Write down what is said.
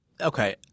Okay